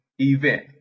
event